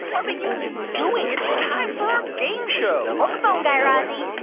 yeah but you doing? it's time for our game show hold the phone, guy razzie.